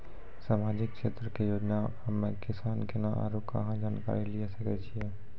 समाजिक क्षेत्र के योजना हम्मे किसान केना आरू कहाँ जानकारी लिये सकय छियै?